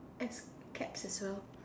F caps also